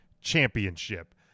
Championship